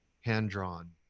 hand-drawn